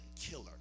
killer